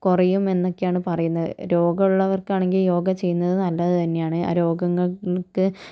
കുറയും എന്നക്കെയാണ് പറയുന്നത് രോഗൊള്ളവർക്കാണെങ്കി യോഗ ചെയ്യുന്നത് നല്ലത് തന്നെയാണ് ആ രോഗങ്ങൾക്ക്